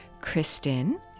Kristen